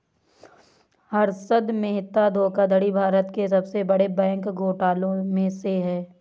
हर्षद मेहता धोखाधड़ी भारत के सबसे बड़े बैंक घोटालों में से है